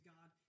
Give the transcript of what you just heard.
God